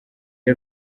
the